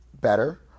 better